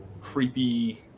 creepy